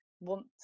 want